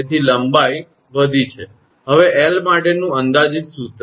તેથી લંબાઈ વધી છે હવે 𝑙 માટેનું અંદાજિત સૂત્ર